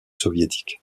soviétiques